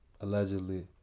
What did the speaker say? Allegedly